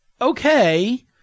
okay